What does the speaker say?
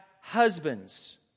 husbands